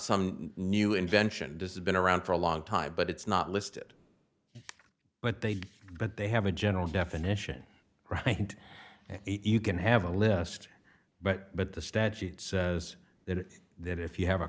some new invention does have been around for a long time but it's not listed but they do but they have a general definition and even have a list but but the statute says that that if you have a